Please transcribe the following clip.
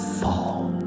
fall